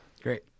Great